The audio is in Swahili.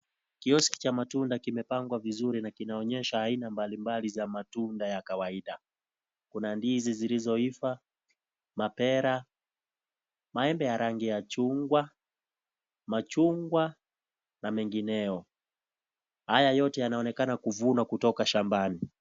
Kioski cha matunda kimepangwa vizuri na kinaonyesha aina mbalimbali za matunda ya kawaida. Kuna ndizi zilizoiva, mapera, maembe ya rangi ya chungwa, machungwa, na mengineyo. Haya yote yanaonekana kuvunwa kutoka shambani.